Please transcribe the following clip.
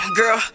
girl